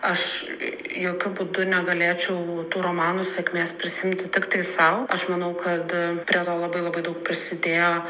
aš jokiu būdu negalėčiau tų romanų sėkmės prisiimti tiktai sau aš manau kad prie to labai labai daug prisidėjo